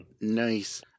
Nice